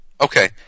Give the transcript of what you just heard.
Okay